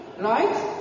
right